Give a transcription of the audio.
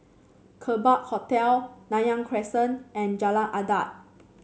Kerbau Hotel Nanyang Crescent and Jalan Adat